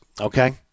okay